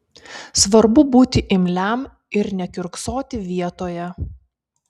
svarbu būti imliam ir nekiurksoti vietoje